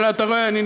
איך אתה לא, אילן?